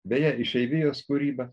beje išeivijos kūryba